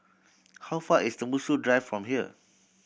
how far is Tembusu Drive from here